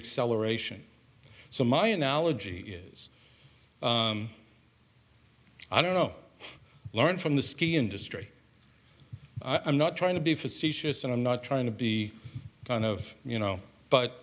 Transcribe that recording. excel aeration so my analogy is i don't know learn from the ski industry i'm not trying to be facetious and i'm not trying to be kind of you know